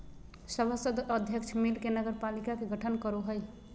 सभासद और अध्यक्ष मिल के नगरपालिका के गठन करो हइ